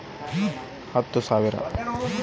ಮೇಕೆ ಸಾಕುವುದರಿಂದ ಅಂದಾಜು ವಾರ್ಷಿಕ ಆದಾಯ ಎಷ್ಟಿರಬಹುದು?